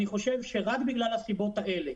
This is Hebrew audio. אני חושב שרק בגלל הסיבות האלה,